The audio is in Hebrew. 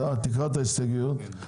תקרא את ההסתייגויות.